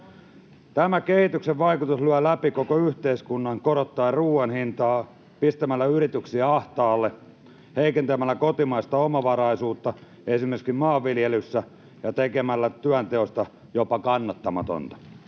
Tämän kehityksen vaikutus lyö läpi koko yhteiskunnan korottaen ruuan hintaa, pistämällä yrityksiä ahtaalle, heikentämällä kotimaista omavaraisuutta, esimerkiksi maanviljelyssä, ja tekemällä työnteosta jopa kannattamatonta.